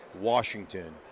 washington